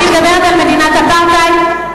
אני מדברת על מדינת אפרטהייד.